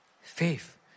Faith